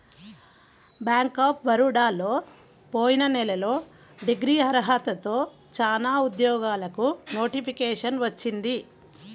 bank of బరోడాలో పోయిన నెలలో డిగ్రీ అర్హతతో చానా ఉద్యోగాలకు నోటిఫికేషన్ వచ్చింది